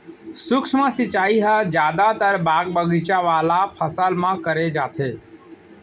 सूक्ष्म सिंचई ह जादातर बाग बगीचा वाला फसल म करे जाथे